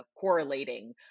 correlating